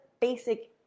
basic